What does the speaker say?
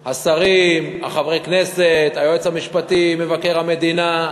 השרים, חברי הכנסת, היועץ המשפטי, מבקר המדינה,